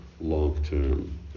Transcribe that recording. long-term